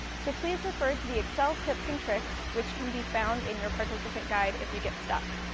so please refer to the excel tips and tricks, which can be found in your participant guide, if you get stuck.